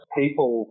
people